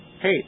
hey